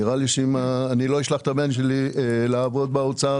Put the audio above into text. נראה לי שאני לא אשלח את הבן שלי לעבוד באוצר,